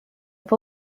i’ve